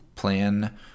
Plan